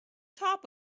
top